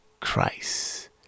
Christ